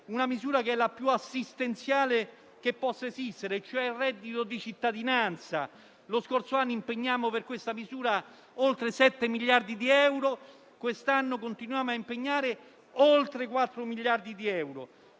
una misura che è la più assistenziale che possa esistere, cioè il reddito di cittadinanza. Lo scorso anno impegnammo per finanziare questa misura oltre 7 miliardi di euro; quest'anno continuiamo a impegnare oltre 4 miliardi di euro.